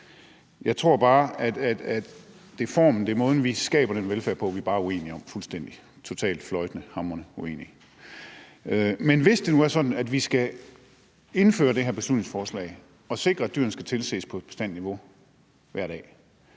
Jeg tror bare, at det er formen, det er måden, vi skaber den velfærd på, vi bare er uenige om – fuldstændig totalt fløjtende hamrende uenige. Men hvis det nu er sådan, at vi skal indføre det her beslutningsforslag og sikre, at dyrene skal tilses på et bestemt niveau hver dag,